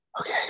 okay